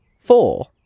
Four